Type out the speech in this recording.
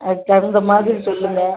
அதுக்குத் தகுந்த மாதிரி சொல்லுங்கள்